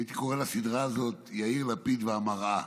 הייתי קורא לסדרה הזאת: יאיר לפיד והמראה.